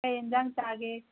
ꯀꯔꯤ ꯌꯦꯟꯁꯥꯡ ꯆꯥꯒꯦ